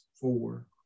four